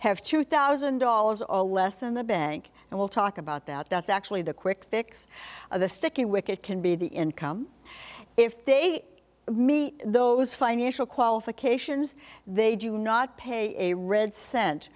have two thousand dollars or less in the bank and we'll talk about that that's actually the quick fix of the sticky wicket can be the income if they meet those financial qualifications they do not pay a red cent